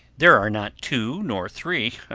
there are not two, nor three,